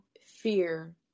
fear